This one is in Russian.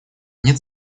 нет